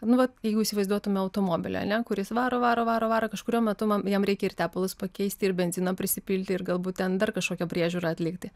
nu vat jeigu įsivaizduotume automobilį ar ne kuris varo varo varo varo kažkuriuo metu mam jam reikia ir tepalus pakeisti ir benzino prisipilti ir galbūt ten dar kažkokią priežiūrą atlikti